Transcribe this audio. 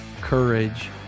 courage